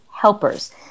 helpers